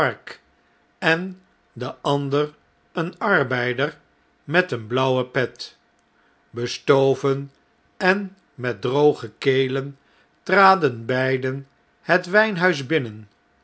en de ander een arbeider met een blauwe pet bestoven en met droge kelen traden beiden het wijnhuis binnen